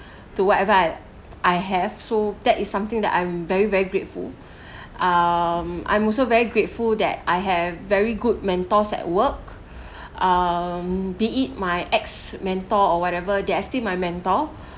to whatever I I have so that is something that I'm very very grateful um I'm also very grateful that I have very good mentors at work um they are my ex-mentor or whatever they are still my mentor